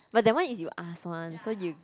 but that one is you ask one so you